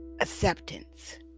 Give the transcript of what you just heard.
acceptance